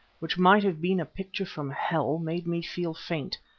which might have been a picture from hell, made me feel faint,